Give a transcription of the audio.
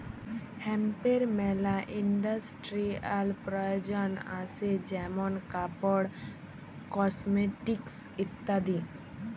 হেম্পের মেলা ইন্ডাস্ট্রিয়াল প্রয়জন আসে যেমন কাপড়, কসমেটিকস ইত্যাদি